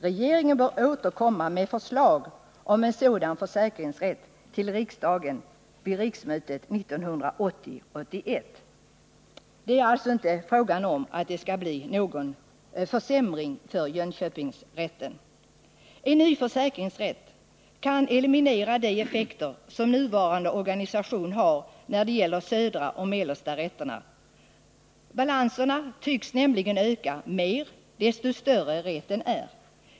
Regeringen bör återkomma med förslag om en sådan försäkringsrätt till riksdagen vid riksmötet 1980/81.” — Det är alltså inte fråga om att det skall bli någon försämring för Jönköpingsrätten. En ny försäkringsrätt kan eliminera de effekter som nuvarande organisation har när det gäller försäkringsrätterna för Mellansverige och södra Sverige. Balanserna tycks nämligen öka mer ju större rätten är.